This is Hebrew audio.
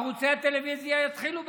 ערוצי הטלוויזיה יתחילו בה,